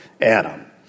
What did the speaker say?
Adam